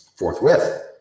Forthwith